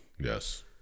Yes